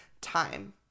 time